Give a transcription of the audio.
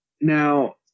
Now